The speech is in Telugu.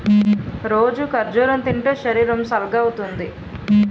రోజూ ఖర్జూరం తింటే శరీరం సల్గవుతుంది